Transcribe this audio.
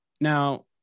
Now